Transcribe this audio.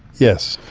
yes.